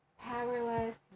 powerless